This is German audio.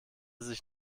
sich